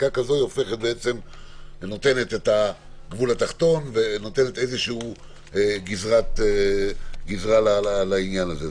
חקיקה כזו הופכת בעצם ונותנת את הגבול התחתון ואיזושהי גזרה לעניין הזה.